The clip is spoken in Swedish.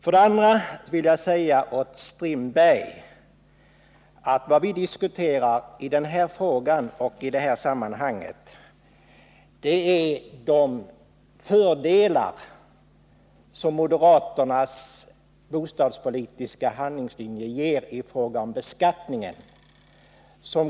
Sedan vill jag säga till Per-Olof Strindberg att vad vi diskuterar i detta sammanhang är de fördelar som moderaternas bostadspolitiska handlingslinje ger i fråga om beskattningen.